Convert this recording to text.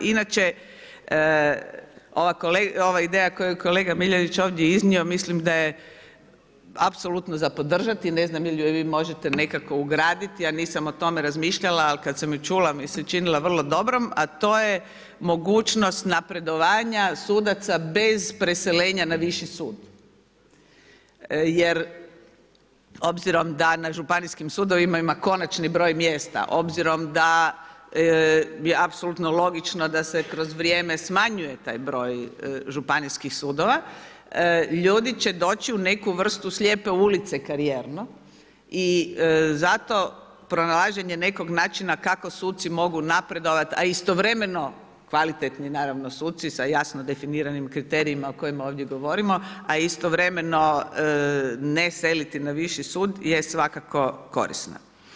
Inače ova ideja koju je kolega Miljenić ovdje iznio mislim da je apsolutno za podržati, ne znam jel' ju vi možete nekako ugraditi, ja nisam o tome razmišljala ali kad sam ju čula mi se činilo vrlo dobrom, a to je mogućnost napredovanja sudaca bez preseljenje na viši sud jer obzirom da na županijskim sudovima ima konačni broj mjesta obzirom da je apsolutno logično da se kroz vrijeme smanjuje taj broj županijskih sudova, ljudi će doći u neku vrstu slijepe ulice karijerno i zato pronalaženje nekog načina kako suci mogu napredovati a istovremeno, kvalitetni naravno suci sa jasno definiranim kriterijima o kojima ovdje govorimo, a istovremeno ne seliti na viši sud je svakako korisno.